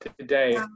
today